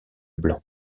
blanc